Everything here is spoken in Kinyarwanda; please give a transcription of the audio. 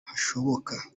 hashoboka